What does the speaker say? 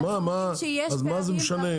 אז מה זה משנה?